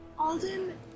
Alden